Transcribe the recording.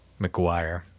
McGuire